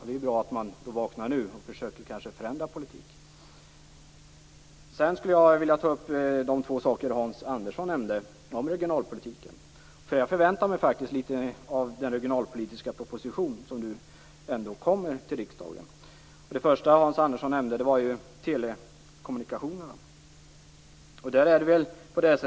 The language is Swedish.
Det är bra att man vaknar nu och kanske försöker förändra politiken. Sedan skulle jag vilja ta upp de två saker som Hans Andersson nämnde om regionalpolitiken. Jag förväntar mig litet av den regionalpolitiska proposition som nu kommer till riksdagen. Det första Hans Andersson nämnde var telekommunikationerna.